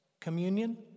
communion